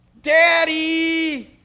Daddy